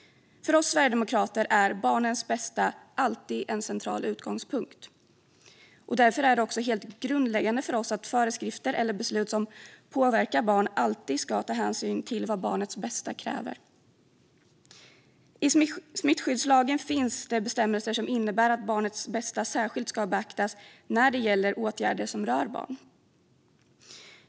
För oss sverigedemokrater är barnets bästa alltid en central utgångspunkt. Därför är det helt grundläggande för oss att föreskrifter eller beslut som påverkar barn alltid ska ta hänsyn till vad barnets bästa kräver. I smittskyddslagen finns det bestämmelser som innebär att barnets bästa särskilt ska beaktas när det gäller åtgärder som rör barn.